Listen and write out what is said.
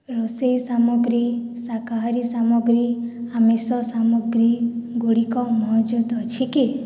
ରୋଷେଇ ସାମଗ୍ରୀ ଶାକାହାରୀ ସାମଗ୍ରୀ ଆମିଷ ସାମଗ୍ରୀ ଗୁଡ଼ିକ ମହଜୁଦ ଅଛି କି